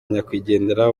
nyakwigendera